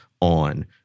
on